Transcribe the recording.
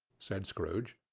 said scrooge.